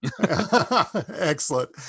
Excellent